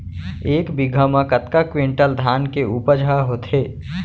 एक बीघा म कतका क्विंटल धान के उपज ह होथे?